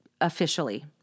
officially